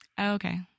Okay